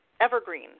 evergreen